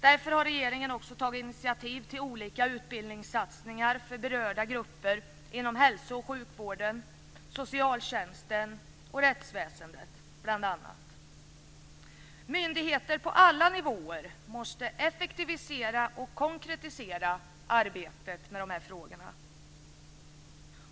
Därför har regeringen tagit initiativ till olika utbildningssatsningar för berörda grupper inom bl.a. hälso och sjukvården, socialtjänsten och rättsväsendet. Myndigheter på alla nivåer måste effektivisera och konkretisera arbetet med dessa frågor.